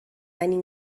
این